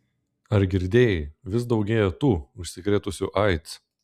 ar girdėjai vis daugėja tų užsikrėtusių aids